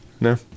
No